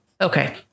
Okay